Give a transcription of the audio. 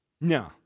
No